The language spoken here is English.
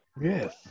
Yes